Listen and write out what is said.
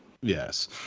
yes